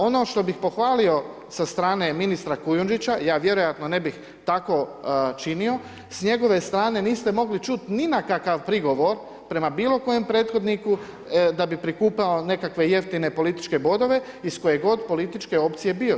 Ono što bih pohvalio sa strane ministra Kujundžića, ja vjerojatno ne bih tako činio, s njegove strane niste mogli čuti ni na kakav prigovor prema bilo kojem prethodniku da bi prikupljao nekakve jeftine političke bodove iz koje god političke opcije bio.